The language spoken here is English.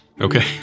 Okay